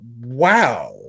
wow